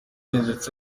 ndetse